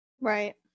Right